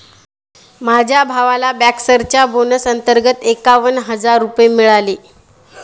माझ्या भावाला बँकर्सच्या बोनस अंतर्गत एकावन्न हजार रुपये मिळाले